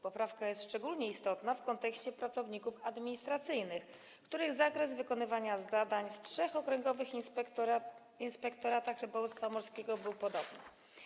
Poprawka jest szczególnie istotna w kontekście pracowników administracyjnych, których zakres wykonywania zadań w trzech okręgowych inspektoratach rybołówstwa morskiego był podobny.